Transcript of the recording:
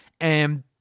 and-